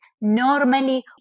normally